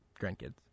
grandkids